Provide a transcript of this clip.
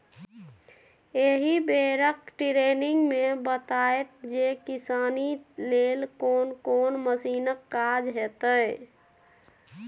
एहि बेरक टिरेनिंग मे बताएत जे किसानी लेल कोन कोन मशीनक काज हेतै